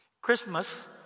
Christmas